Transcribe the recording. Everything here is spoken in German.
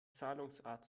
zahlungsart